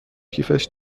کیفش